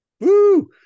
woo